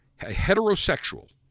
heterosexual